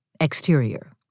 Exterior